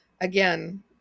Again